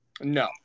No